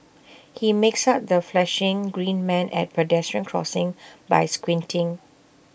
he makes out the flashing green man at pedestrian crossings by squinting